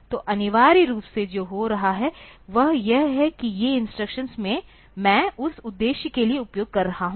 तो अनिवार्य रूप से जो हो रहा है वह यह है कि ये इंस्ट्रक्शन मैं उस उद्देश्य के लिए उपयोग कर रहा हूं